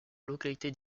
localité